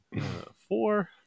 Four